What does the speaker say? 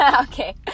Okay